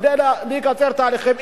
כדי לקצר תהליכים.